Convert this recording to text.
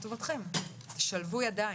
שלבו ידיים,